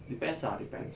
depends lah depends